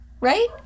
right